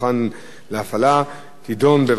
תידון בוועדה לפניות הציבור.